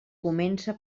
comença